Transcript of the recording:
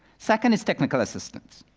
second is technical assistance.